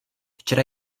včera